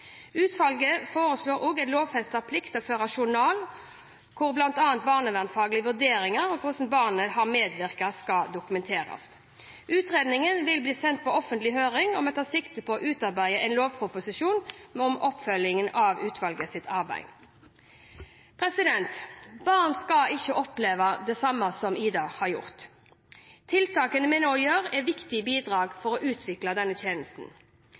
Utvalget foreslår også en lovfestet plikt til å føre journal, hvor bl.a. barnevernfaglige vurderinger og hvordan barnet har medvirket, skal dokumenteres. Utredningen vil bli sendt på offentlig høring, og vi tar sikte på å utarbeide en lovproposisjon som en oppfølging av utvalgets arbeid. Barn skal ikke oppleve det samme som «Ida» har gjort. Tiltakene vi nå setter i verk, er viktige bidrag for å utvikle